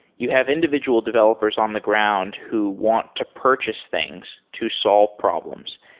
you have individual developers on the ground who want to purchase things to solve problems.